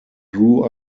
grew